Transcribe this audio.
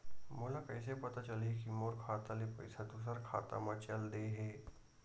मोला कइसे पता चलही कि मोर खाता ले पईसा दूसरा खाता मा चल देहे?